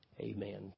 amen